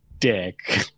Dick